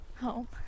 home